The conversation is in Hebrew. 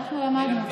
אנחנו למדנו.